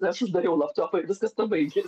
aš uždariau laptopą ir viskas tuo baigės